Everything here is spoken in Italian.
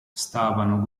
stavano